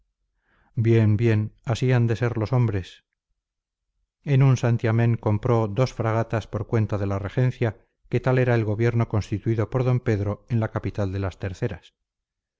bien bien así han de ser los hombres en un santiamén compró dos fragatas por cuenta de la regencia que tal era el gobierno constituido por d pedro en la capital de las terceras